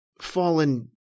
Fallen